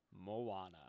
Moana